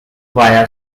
via